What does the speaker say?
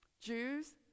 Jews